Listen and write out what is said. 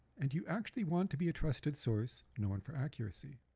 and you actually want to be a trusted source known for accuracy.